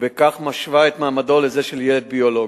ובכך משווה את מעמדו לזה של ילד ביולוגי,